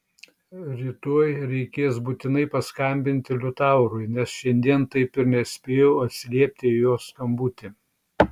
rytoj reikės būtinai paskambinti liutaurui nes šiandien taip ir nespėjau atsiliepti į jo skambutį